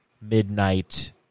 midnight